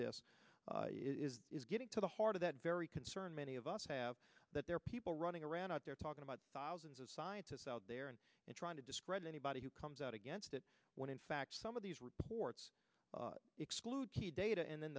this is getting to the heart of that very concern many of us have that there are people running around out there talking about thousands of scientists out there and trying to discredit anybody who comes out against it when in fact some of these reports exclude key data and then